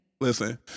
Listen